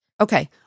Okay